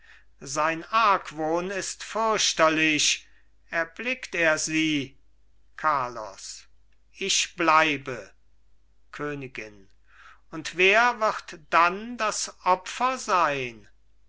sein argwohn ist fürchterlich erblickt er sie carlos ich bleibe königin und wer wird dann das opfer sein